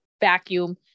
vacuum